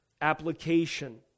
application